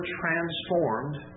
transformed